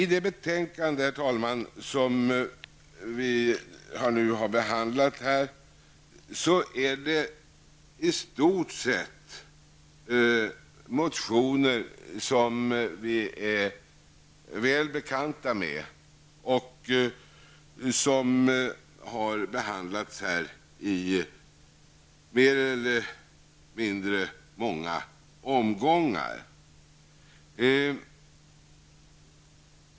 I det betänkande vi nu debatterar behandlas i stort sett motioner som vi är väl bekanta med och som har behandlats av riksdagen i mer eller mindre många omgångar.